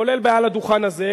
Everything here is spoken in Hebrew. כולל מהדוכן הזה,